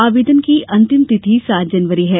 आवेदन की अंतिम तिथि सात जनवरी है